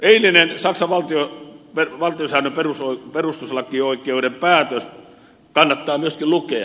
eilinen saksan valtiosäännön perustuslakioikeuden päätös kannattaa myöskin lukea